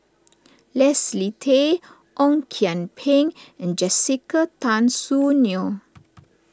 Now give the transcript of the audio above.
Leslie Tay Ong Kian Peng and Jessica Tan Soon Neo